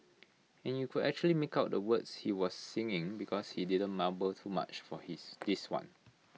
and you could actually make out the words he was singing because he didn't mumble too much for his this one